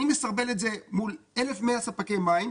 אני מסרבל את זה מול 1,100 ספקי מים,